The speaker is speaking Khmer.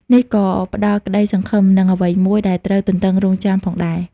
នេះក៏ផ្តល់ក្តីសង្ឃឹម និងអ្វីមួយដែលត្រូវទន្ទឹងរង់ចាំផងដែរ។